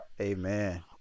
Amen